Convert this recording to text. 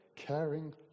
Caring